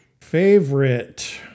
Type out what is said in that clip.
Favorite